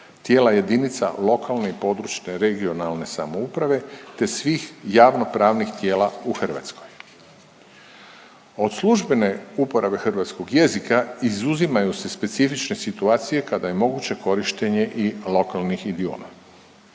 tijela jedinice lokalne i područne (regionalne) samouprave te svih javnopravnih tijela u Hrvatskoj. Od službene uporabe hrvatskog jezika izuzimaju se specifične situacije kada je moguće korištenje i lokalnih idioma.